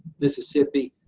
mississippi,